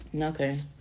Okay